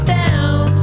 down